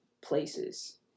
places